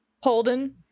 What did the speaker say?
Holden